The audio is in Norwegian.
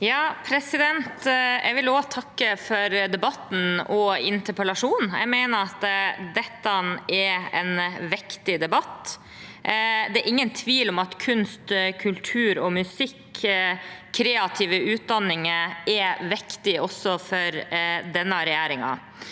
Jeg vil også takke for debatten og interpellasjonen. Jeg mener at dette er en viktig debatt. Det er ingen tvil om at kunst, kultur og musikk, kreative utdanninger, er viktig også for denne regjeringen.